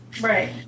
Right